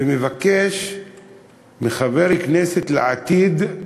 ומבקש מחבר כנסת לעתיד,